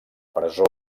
presó